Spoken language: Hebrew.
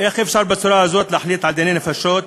איך אפשר בצורה כזאת להחליט על דיני נפשות,